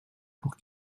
pour